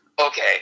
Okay